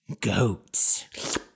goats